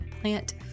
Plant